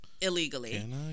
illegally